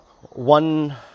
one